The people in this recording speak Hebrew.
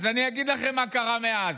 אז אני אגיד לכם מה קרה מאז.